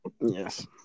Yes